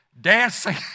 Dancing